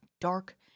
dark